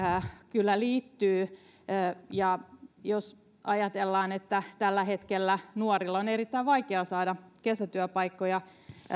kyllä liittyy jos ajatellaan että tällä hetkellä nuorten on erittäin vaikea saada kesätyöpaikkoja